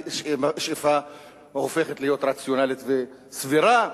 שאיפה שהופכת להיות רציונלית וסבירה.